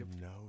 no